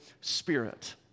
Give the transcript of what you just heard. spirit